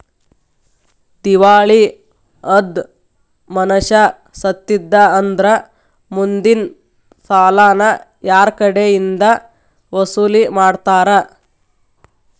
ದಿವಾಳಿ ಅದ್ ಮನಷಾ ಸತ್ತಿದ್ದಾ ಅಂದ್ರ ಮುಂದಿನ್ ಸಾಲಾನ ಯಾರ್ಕಡೆಇಂದಾ ವಸೂಲಿಮಾಡ್ತಾರ?